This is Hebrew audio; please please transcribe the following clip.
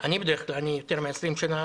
אני יותר מ-20 שנה,